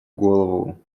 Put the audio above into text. голову